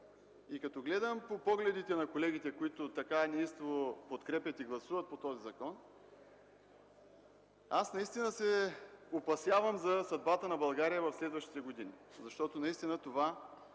Като гледам погледите на колегите, които така неистово подкрепят и гласуват този закон, аз наистина се опасявам за съдбата на България през следващите години. Защото това,